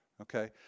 Okay